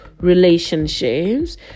relationships